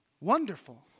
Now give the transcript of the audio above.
wonderful